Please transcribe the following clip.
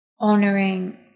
honoring